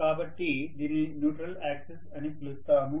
కాబట్టి దీనిని neutral axis అని పిలుస్తాము